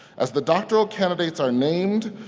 as the doctoral candidates are named,